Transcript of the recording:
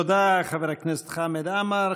תודה, חבר הכנסת חמד עמאר.